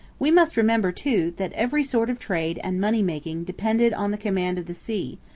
we must remember, too, that every sort of trade and money-making depended on the command of the sea,